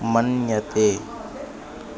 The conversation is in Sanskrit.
मन्यते